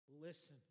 Listen